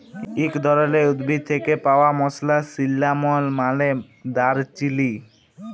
ইক ধরলের উদ্ভিদ থ্যাকে পাউয়া মসলা সিল্লামল মালে দারচিলি